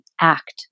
act